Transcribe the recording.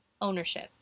Ownership